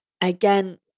again